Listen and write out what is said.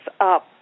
up